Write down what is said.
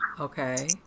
okay